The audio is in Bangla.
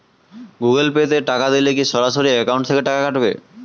গুগল পে তে টাকা দিলে কি সরাসরি অ্যাকাউন্ট থেকে টাকা কাটাবে?